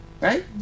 Right